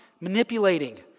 manipulating